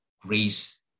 grace